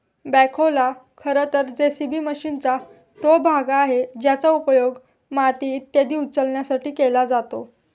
बॅखोला खरं तर जे.सी.बी मशीनचा तो भाग आहे ज्याचा उपयोग माती इत्यादी उचलण्यासाठी केला जातो